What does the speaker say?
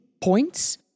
points